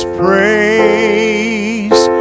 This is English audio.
praise